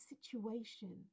situation